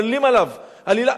מעלילים עליו עלילה.